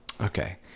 okay